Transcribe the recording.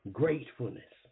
gratefulness